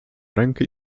rękę